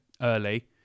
early